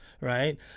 right